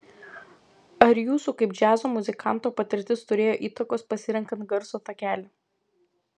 ar jūsų kaip džiazo muzikanto patirtis turėjo įtakos pasirenkant garso takelį